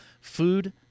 Food